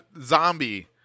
Zombie